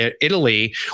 Italy